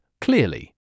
clearly